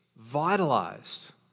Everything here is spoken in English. vitalized